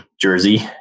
Jersey